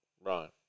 Right